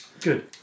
Good